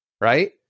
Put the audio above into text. right